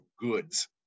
goods